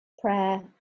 prayer